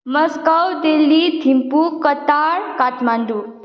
Moscow Delhi Thimphu Qatar Kathmandu